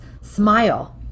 smile